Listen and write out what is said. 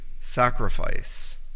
sacrifice